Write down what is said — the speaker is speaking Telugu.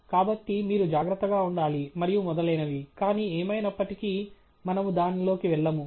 కాబట్టి మీరు జాగ్రత్తగా ఉండాలి మరియు మొదలైనవి కానీ ఏమైనప్పటికీ మనము దానిలోకి వెళ్ళము